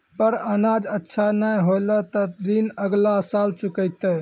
पर अनाज अच्छा नाय होलै तॅ ऋण अगला साल चुकैतै